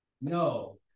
No